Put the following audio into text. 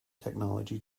technology